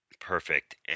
Perfect